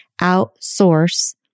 outsource